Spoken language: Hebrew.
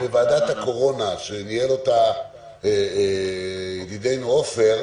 בוועדת הקורונה, שניהל ידידינו עפר,